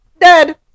Dead